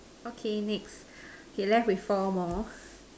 okay next left with four more